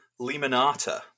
Limonata